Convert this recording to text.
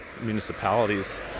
municipalities